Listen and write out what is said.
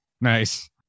Nice